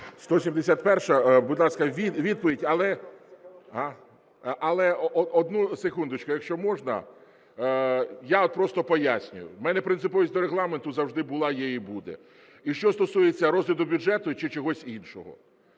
171-а, будь ласка, відповідь. Але, одну секундочку, якщо можна, я просто поясню. У мене принциповість до Регламенту завжди була, є і буде, і що стосується розгляду бюджету чи чогось іншого.